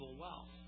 wealth